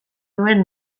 duen